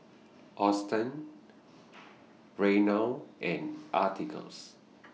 Auston Reynold and Atticus